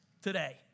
today